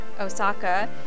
Osaka